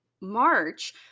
March